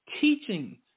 teaching